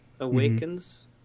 awakens